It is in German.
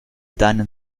deinen